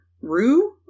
Rue